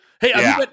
hey